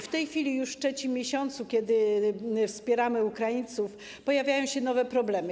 W tej chwili, już w trzecim miesiącu, kiedy wspieramy Ukraińców, pojawiają się nowe problemy.